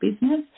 business